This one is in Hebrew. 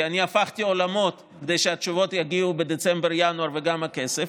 כי אני הפכתי עולמות כדי שהתשובות יגיעו בדצמבר-ינואר וגם הכסף,